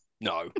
No